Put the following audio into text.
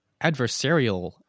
adversarial